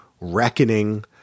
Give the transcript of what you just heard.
Reckoning